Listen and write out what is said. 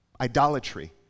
idolatry